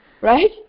right